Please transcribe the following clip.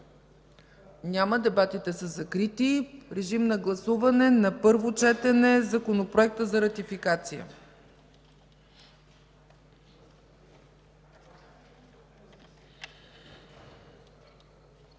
Няма. Дебатите са закрити. Режим на гласуване на първо четене Законопроекта за ратификация.